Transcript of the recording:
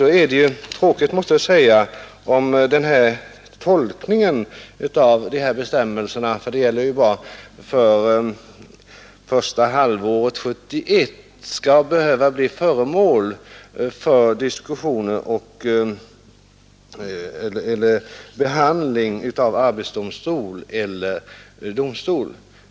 Det är ju tråkigt om tolkningen av bestämmelserna i detta fall — det gäller bara för första halvåret 1971 — skall behöva bli föremål för behandling av arbetsdomstolen eller av vanlig domstol.